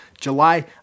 July